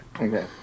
Okay